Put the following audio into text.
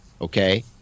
Okay